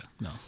no